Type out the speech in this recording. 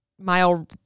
mile